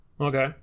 Okay